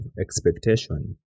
expectation